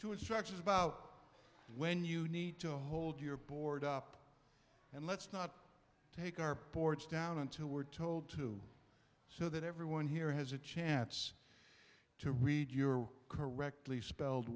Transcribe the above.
to instructions about when you need to hold your board up and let's not take our ports down until we're told to so that everyone here has a chance to read your correctly spelled